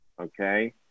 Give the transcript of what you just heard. Okay